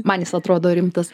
man jis atrodo rimtas